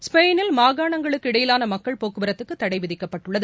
ஸ்பெயினில் மாகாணங்களுக்கு இடையிலான மக்கள் போக்குவரத்துக்கு தளட விதிக்கப்பட்டுள்ளது